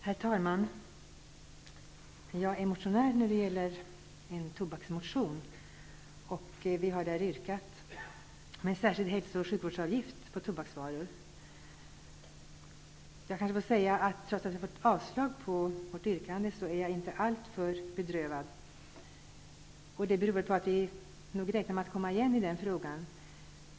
Herr talman! Jag är en av motionärerna bakom en motion om tobak. Vi har där yrkat om en särskild hälso och sjukvårdsavgift på tobaksvaror. Trots att utskottet föreslår avslag på vårt yrkande är jag inte alltför bedrövad. Det beror på att vi räknar med att komma igen i denna fråga.